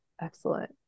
Excellent